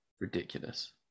Ridiculous